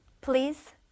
Please